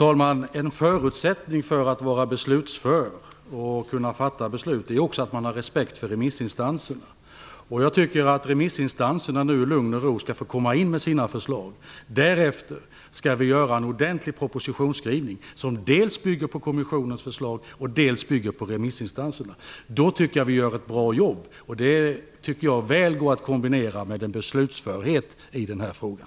Fru talman! En förutsättning för att vara beslutsför och kunna fatta beslut är också att man har respekt för remissinstanserna. Jag tycker att remissinstanserna nu i lugn och ro skall få komma in med sina förslag. Därefter skall vi göra en ordentlig propositionsskrivning som dels bygger på kommissionens förslag, dels bygger på remissinstanserna. Då tycker jag att vi gör ett bra jobb. Det tycker jag går väl att kombinera med en beslutsförhet i den här frågan.